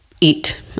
eat